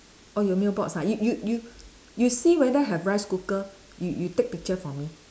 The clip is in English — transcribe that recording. orh your mailbox ah you you you you see whether have rice cooker you you take picture for me